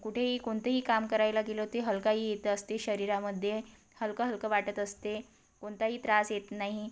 कुठेही कोणतेही काम करायला गेलो ते हलकाई येत असते शरीरामध्ये हलकं हलकं वाटत असते कोणताही त्रास येत नाही